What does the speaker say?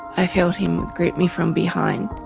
i felt him grip me from behind,